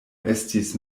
estis